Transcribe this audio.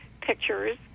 pictures